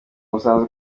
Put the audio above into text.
umusanzu